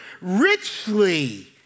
richly